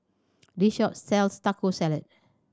this shop sells Taco Salad